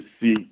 see